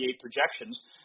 projections